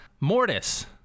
Mortis